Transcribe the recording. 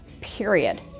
period